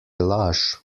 laž